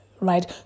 right